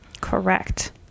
Correct